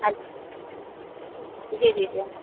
अच्छा जी जी जी